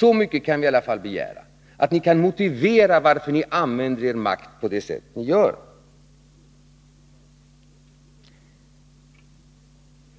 Så mycket kan vi i alla fall begära att ni kan motivera varför ni använder er makt på det sätt ni gör.